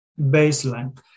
baseline